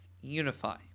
unify